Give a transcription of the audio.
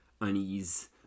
unease